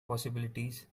possibilities